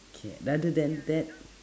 okay rather than that